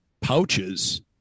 Pouches